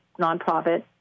nonprofit